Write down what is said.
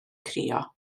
crio